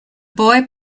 boy